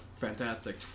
fantastic